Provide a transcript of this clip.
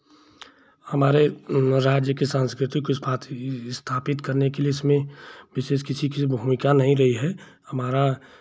हमारे राज्य के सांस्कृतिक स्था स्थापित करने के लिए इसमें विशेष किसी की भूमिका नहीं रही है हमारा